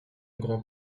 grand